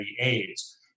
AIDS